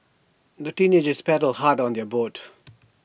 the teenagers paddled hard on their boat